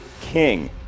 King